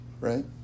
right